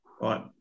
Right